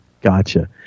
Gotcha